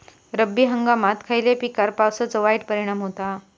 रब्बी हंगामात खयल्या पिकार पावसाचो वाईट परिणाम होता?